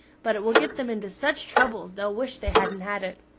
but it will get them into such troubles they'll wish they hadn't had it.